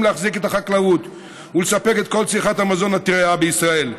להחזיק את החקלאות ולספק את כל צריכת המזון הטרי בישראל.